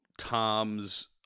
Tom's